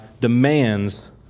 demands